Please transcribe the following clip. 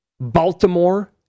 Baltimore